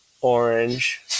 orange